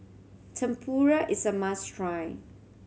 Tempura is a must try